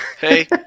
Hey